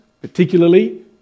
particularly